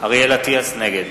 (קורא בשמות חברי הכנסת) אריאל אטיאס, נגד